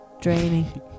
draining